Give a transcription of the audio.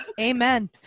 Amen